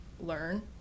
learn